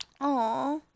Aw